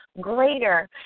greater